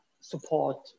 support